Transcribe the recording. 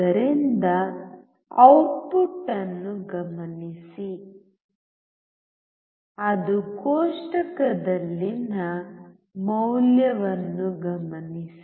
ಆದ್ದರಿಂದ ಔಟ್ಪುಟ್ ಅನ್ನು ಗಮನಿಸಿ ಮತ್ತು ಕೋಷ್ಟಕದಲ್ಲಿನ ಮೌಲ್ಯವನ್ನು ಗಮನಿಸಿ